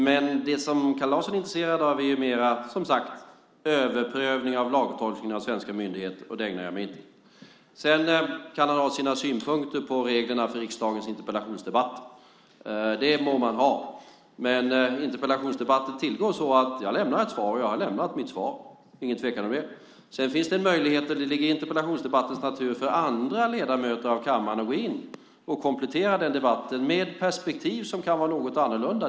Men det som Kalle Larsson är intresserad av är mer, som sagt, överprövning av lagtolkningen av svenska myndigheter, och det ägnar jag mig inte åt. Sedan kan man ha synpunkter på reglerna för riksdagens interpellationsdebatter. Det må man ha. Men interpellationsdebatter tillgår så att jag lämnar ett svar, och jag har lämnat mitt svar. Det är ingen tvekan om det. Sedan finns det möjligheter, det ligger i interpellationsdebatternas natur, för andra ledamöter av kammaren att gå in debatten och komplettera den med perspektiv som kan vara något annorlunda.